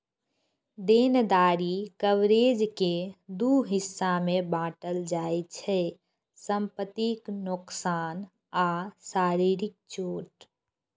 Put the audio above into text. देनदारी कवरेज कें दू हिस्सा मे बांटल जाइ छै, संपत्तिक नोकसान आ शारीरिक चोट